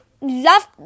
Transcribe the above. love